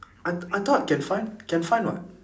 I I thought can find can find [what]